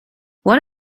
one